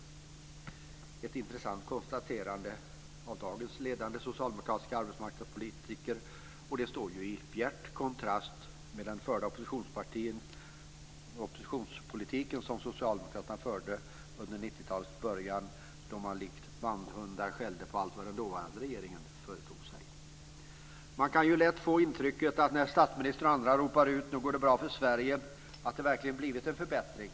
Det är ett intressant konstaterande av dagens ledande socialdemokratiska arbetsmarknadspolitiker, och det står ju i bjärt kontrast mot den oppositionspolitik som Socialdemokraterna förde under 90-talets början då man likt bandhundar skällde på allt vad den dåvarande regeringen företog sig. När statsministern och andra ropar ut att nu går det bra för Sverige kan man lätt få intrycket att det verkligen har blivit en förbättring.